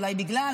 אולי בגלל,